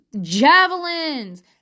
Javelins